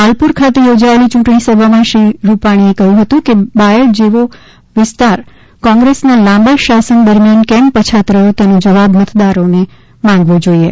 માલપુર ખાતે યોજાયેલી યૂંટણીસભામાં શ્રી રૂપાણીએ કહ્યું હતું કે બાયડ જેવો વિસ્તાર કોંગ્રેના લાંબા શાસન દરમિયાન કેમ પછાત રહ્યો તેનો જવાબ મતદારોએ માગવો જોઇએ